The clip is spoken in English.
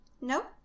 No